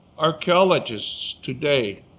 archaeologists today